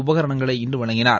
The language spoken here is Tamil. உபகரணங்களை இன்று வழங்கினார்